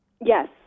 Yes